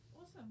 Awesome